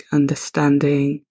understanding